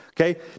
okay